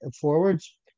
forwards